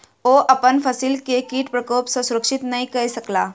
ओ अपन फसिल के कीट प्रकोप सॅ सुरक्षित नै कय सकला